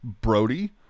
Brody